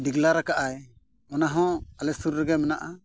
ᱟᱠᱟᱜᱫᱼᱟᱭ ᱚᱱᱟ ᱦᱚᱸ ᱟᱞᱮ ᱥᱩᱨ ᱨᱮᱜᱮ ᱢᱮᱱᱟᱜᱼᱟ